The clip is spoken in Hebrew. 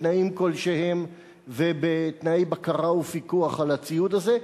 בתנאים כלשהם ובתנאי בקרה ופיקוח על הציוד הזה,